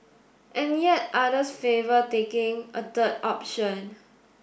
and yet others favour taking a third option